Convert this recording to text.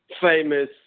famous